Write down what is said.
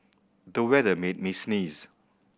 the weather made me sneeze